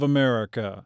America